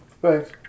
Thanks